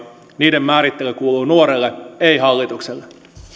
niiden määrittely kuuluu nuorelle ei hallitukselle